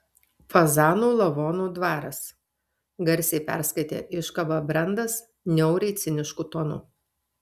fazanų lavonų dvaras garsiai perskaitė iškabą brendas niauriai cinišku tonu